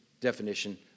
definition